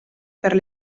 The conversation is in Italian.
per